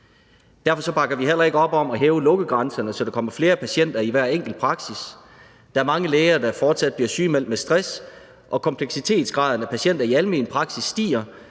Derfor bakker vi heller ikke op om at hæve lukkegrænserne, så der kommer flere patienter i hver enkelt praksis. Der er fortsat mange læger, der bliver sygemeldt med stress, og kompleksitetsgraden af patienter i almen praksis stiger